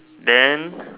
then